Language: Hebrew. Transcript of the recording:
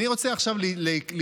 אני רוצה עכשיו להתייחס,